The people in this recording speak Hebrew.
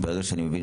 ברגע שאני מבין